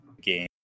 game